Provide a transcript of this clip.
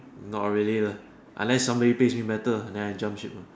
not really lah unless somebody pays me better then I jump ship lah